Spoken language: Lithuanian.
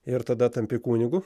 ir tada tampi kunigu